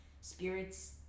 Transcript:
spirits